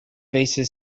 faced